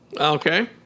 Okay